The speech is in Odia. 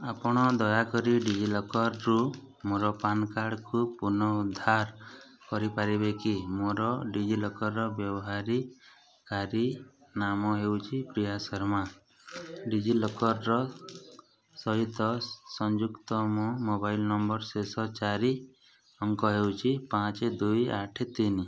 ଆପଣ ଦୟାକରି ଡିଜିଲକର୍ରୁ ମୋର ପାନ୍ କାର୍ଡ଼କୁ ପୁନଉଦ୍ଧାର କରିପାରିବେ କି ମୋର ଡିଜିଲକର୍ ବ୍ୟବହାରକାରୀ ନାମ ହେଉଛି ପ୍ରିୟା ଶର୍ମା ଡିଜିଲକର୍ ସହିତ ସଂଯୁକ୍ତ ମୋ ମୋବାଇଲ୍ ନମ୍ବର୍ର ଶେଷ ଚାରି ଅଙ୍କ ହେଉଛି ପାଞ୍ଚ ଦୁଇ ଆଠ ତିନି